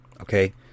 okay